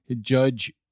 judge